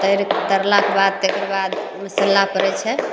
तरि तरलाके बाद तकरबाद मसल्ला पड़ै छै